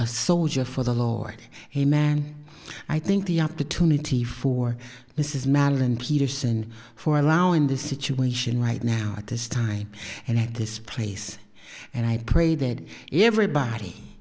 a soldier for the lord a man i think the opportunity for this is marilyn peterson for allowing the situation right now at this time and in this place and i pray that everybody